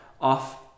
off